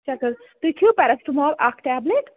چَکَر تُہۍ کھیٚیِو پیرسٹمال اکھ ٹیبلٹ